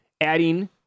adding